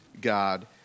God